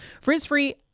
Frizz-free